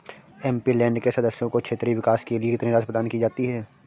MP land के सदस्यों को क्षेत्रीय विकास के लिए कितनी राशि प्रदान की जाती है?